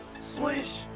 swish